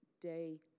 day